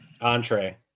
Entree